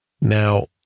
now